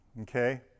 Okay